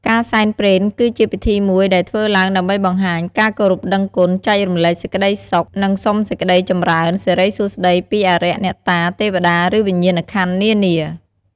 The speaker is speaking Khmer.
ការសែនព្រេនគឺជាពិធីមួយដែលធ្វើឡើងដើម្បីបង្ហាញការគោរពដឹងគុណចែករំលែកសេចក្តីសុខនិងសុំសេចក្តីចម្រើនសិរីសួស្តីពីអារក្សអ្នកតាទេវតាឬវិញ្ញាណក្ខន្ធនានា។